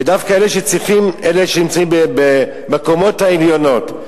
ודווקא אלה שצריכים נמצאים בקומות העליונות?